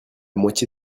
moitié